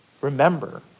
remember